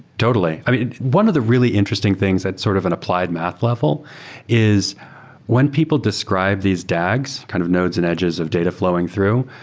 totally. i mean, one of the really interesting things at sort of an applied math level is when people describe these dags, kind of nodes and edges of data fl owing through.